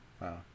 wow